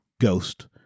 ghost